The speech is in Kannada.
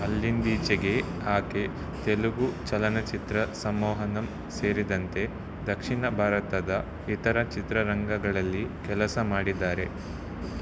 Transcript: ಅಲ್ಲಿಂದೀಚೆಗೆ ಆಕೆ ತೆಲುಗು ಚಲನಚಿತ್ರ ಸಮ್ಮೋಹನಂ ಸೇರಿದಂತೆ ದಕ್ಷಿಣ ಭಾರತದ ಇತರ ಚಿತ್ರರಂಗಗಳಲ್ಲಿ ಕೆಲಸ ಮಾಡಿದ್ದಾರೆ